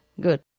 good